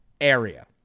area